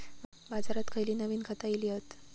बाजारात खयली नवीन खता इली हत?